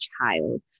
child